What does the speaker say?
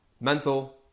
mental